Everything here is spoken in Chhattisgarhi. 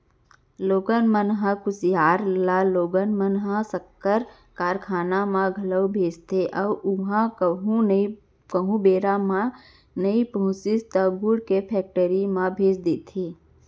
लोगन मन ह कुसियार ल लोगन मन ह सक्कर कारखाना म घलौ भेजथे अउ उहॉं कहूँ बेरा म नइ पहुँचिस त गुड़ के फेक्टरी म भेज देथे